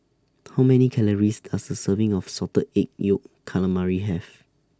How Many Calories Does A Serving of Salted Egg Yolk Calamari Have